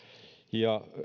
ja